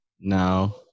now